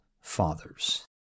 fathers